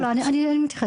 אני אומרת,